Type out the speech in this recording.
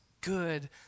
good